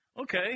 Okay